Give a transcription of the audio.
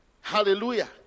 Hallelujah